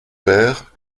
père